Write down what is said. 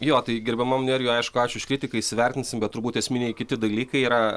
jo tai gerbiamam nerijui aišku ačiū už kritiką įsivertinsim bet turbūt esminiai kiti dalykai yra